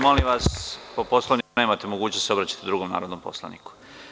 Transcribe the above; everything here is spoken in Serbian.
Molim vas po Poslovniku nematemogućnost da se obraćate drugom narodnom poslaniku.